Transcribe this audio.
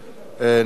ניצן הורוביץ,